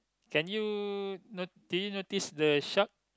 can you notice notice the shark